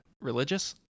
religious